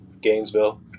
Gainesville